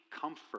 comfort